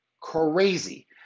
crazy